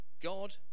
God